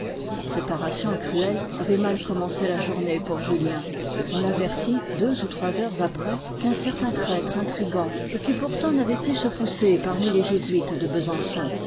cette séparation cruelle avait mal commencé la journée pour julien on l'avertit deux ou trois heures après qu'un certain prêtre intrigant et qui pourtant n'avait pu se pousser parmi les jésuites de besançon